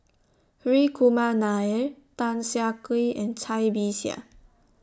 Hri Kumar Nair Tan Siah Kwee and Cai Bixia